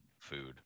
food